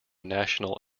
national